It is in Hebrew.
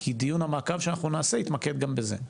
כי דיון המעקב שאנחנו נעשה יתמקד גם בזה.